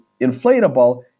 inflatable